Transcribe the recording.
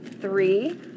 three